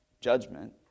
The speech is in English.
judgment